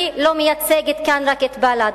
אני לא מייצגת כאן רק את בל"ד.